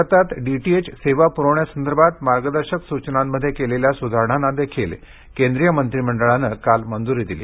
भारतात डीटीएच सेवा प्रविण्यासंदर्भात मार्गदर्शक सुचनामध्ये केलेल्या सुधारणांना देखील केंद्रीय मंत्रीमंडळाने काल मंजूरी दिली